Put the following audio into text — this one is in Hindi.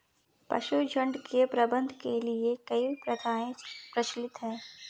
पशुझुण्ड के प्रबंधन के लिए कई प्रथाएं प्रचलित हैं